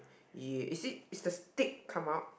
ya is it is the stick come out